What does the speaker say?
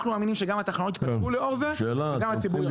אנחנו מאמינים שגם התחנות יתפתחו לאור זה וגם הציבור ירוויח.